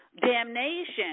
damnation